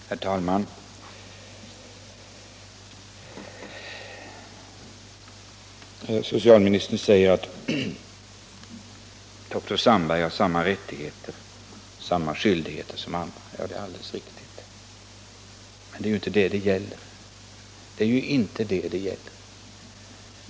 Herr talman! Socialministern säger att dr Sandberg har samma rättigheter och samma skyldigheter som andra. Ja, det är alldeles riktigt. Men det är ju inte det det gäller.